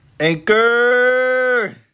Anchor